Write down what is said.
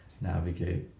navigate